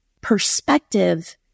perspective